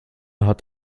hat